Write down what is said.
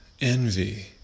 envy